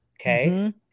okay